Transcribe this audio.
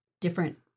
different